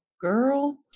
Girl